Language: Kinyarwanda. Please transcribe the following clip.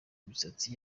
imisatsi